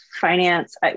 finance